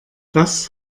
das